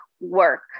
work